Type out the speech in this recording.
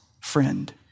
friend